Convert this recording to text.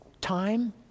time